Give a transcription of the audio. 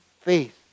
faith